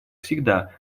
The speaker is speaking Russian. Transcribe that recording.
всегда